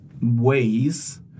ways